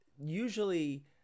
usually